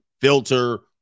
filter